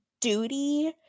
duty